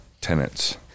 tenants